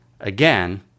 again—